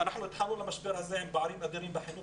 שאנחנו התחלנו במשבר הזה עם פערים אדירים בחינוך